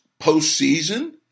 postseason